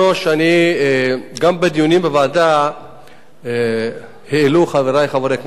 גם בדיונים בוועדה העלו חברי חברי הכנסת את